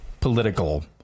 political